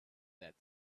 that